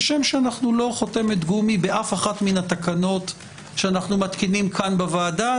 כשם שאנחנו לא חותמת גומי באף אחת מן התקנות שאנחנו מתקינים כאן בוועדה,